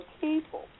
people